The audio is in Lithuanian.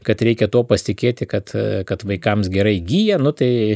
kad reikia tuo pasitikėti kad kad vaikams gerai gyja nu tai